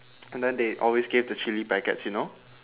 and then they always gave the chilli packets you know